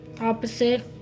opposite